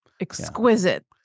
exquisite